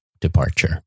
departure